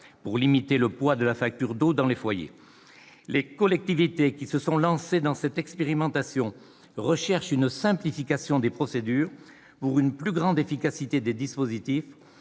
pour limiter le poids de la facture d'eau dans les foyers. Les collectivités locales qui se sont lancées dans cette expérimentation cherchent à simplifier les procédures pour accroître l'efficacité des dispositifs.